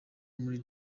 muri